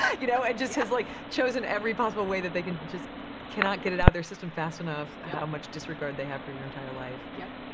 yeah you know? and just has, like, chosen every possible way that they can just cannot get it out of their system fast enough how much disregard they have for your entire life. yup.